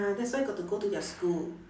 ah that's why got to go to their school